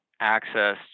access